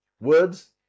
words